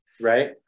Right